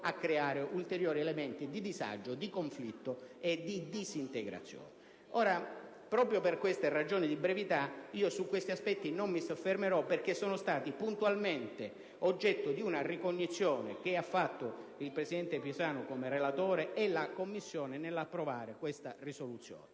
a creare ulteriori elementi di disagio, di conflitto e di disintegrazione. Per ragioni di brevità, su questi aspetti non mi soffermerò, perché essi sono stati oggetto di una puntuale ricognizione che hanno fatto il presidente Pisanu come relatore e la Commissione nell'approvare questa risoluzione.